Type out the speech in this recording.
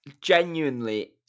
genuinely